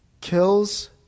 Kills